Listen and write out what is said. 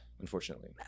unfortunately